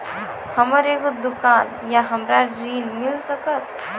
हमर एगो दुकान या हमरा ऋण मिल सकत?